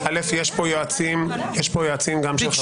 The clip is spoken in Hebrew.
א' יש פה יועצים גם של חברי כנסת אחרים.